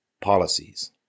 policies